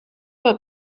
were